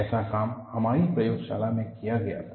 ऐसा काम हमारी प्रयोगशाला में किया गया था